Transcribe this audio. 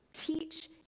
Teach